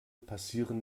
passieren